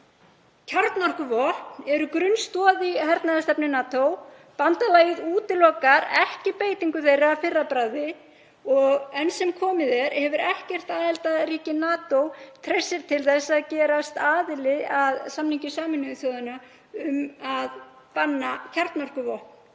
Kjarnorkuvopn eru grunnstoð í hernaðarstefnu NATO. Bandalagið útilokar ekki beitingu þeirra að fyrra bragði og enn sem komið er hefur ekkert aðildarríki NATO treyst sér til þess að gerast aðili að samningi Sameinuðu þjóðanna um að banna kjarnorkuvopn.